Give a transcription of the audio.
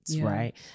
right